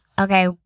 Okay